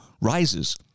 rises